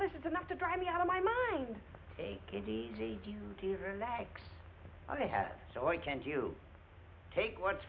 this is enough to drive me out of my mind take it easy do to relax i have so i can do you take what's